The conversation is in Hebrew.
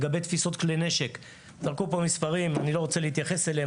לגבי תפיסות כלי הנשק: אני לא רוצה להתייחס למספרים,